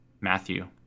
Matthew